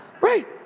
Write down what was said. Right